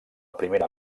primera